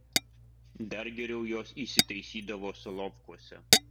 dar geriau jos įsitaisydavo solovkuose